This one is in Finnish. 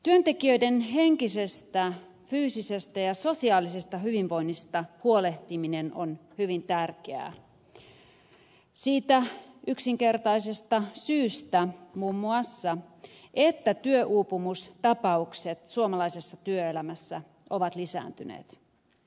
työntekijöiden henkisestä fyysisestä ja sosiaalisesta hyvinvoinnista huolehtiminen on hyvin tärkeää siitä yksinkertaisesta syystä muun muassa että työuupumustapaukset suomalaisessa työelämässä ovat lisääntyneet